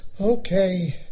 Okay